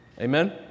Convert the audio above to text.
Amen